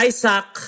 Isaac